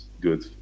good